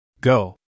Go